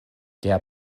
der